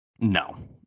No